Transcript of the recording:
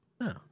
No